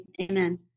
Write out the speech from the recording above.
amen